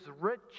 rich